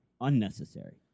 unnecessary